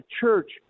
church